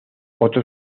otro